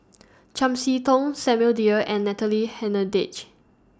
Chiam See Tong Samuel Dyer and Natalie Hennedige